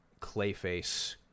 Clayface